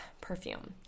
perfume